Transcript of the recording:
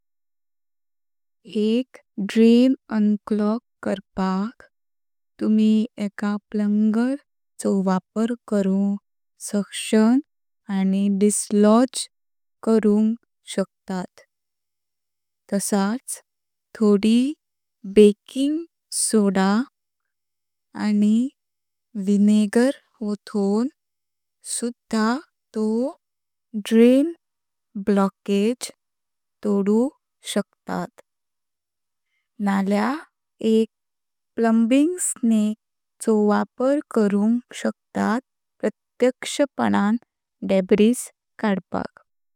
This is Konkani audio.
एक ड्रेन अनक्लॉग करपाक तुम्ही एका प्लंजर चो वापर करून सक्शन आणी डिसलॉज करुंक शकतात। तसच थोडी बेकिंग सोडा आणी व्हिनेगर वठोवून सुध्दा तो ड्रेन ब्लॉकेज तोडू शकतात, नळ्या एक प्लंबिंग स्नेक चो वापर करुंक शकतात प्रत्यक्षपणां डेब्रिस काढपाक।